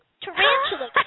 tarantula